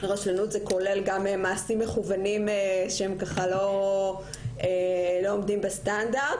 ורשלנות זה כולל גם מעשים מכוונים שהם לא עומדים בסטנדרט,